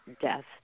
death